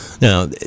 Now